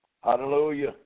Hallelujah